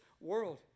world